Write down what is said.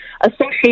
associate